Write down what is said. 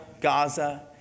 Gaza